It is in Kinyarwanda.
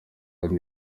kandi